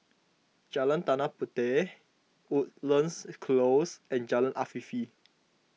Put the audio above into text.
Jalan Tanah Puteh Woodlands Close and Jalan Afifi